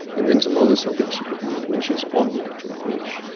and then some other subjects she would meet when she's on the actual bridge.